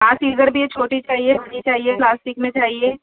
ہاں سیزر بھی ہے چھوٹی چاہیے بڑی چاہیے پلاسٹک میں چاہیے